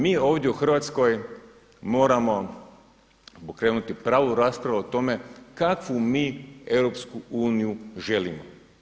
Mi ovdje u Hrvatskoj moramo pokrenuti pravu raspravu o tome kakvu mi EU želimo.